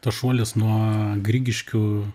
tas šuolis nuo grigiškių